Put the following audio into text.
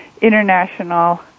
international